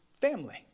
family